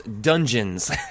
Dungeons